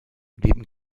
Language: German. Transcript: neben